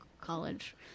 college